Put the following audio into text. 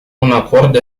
acord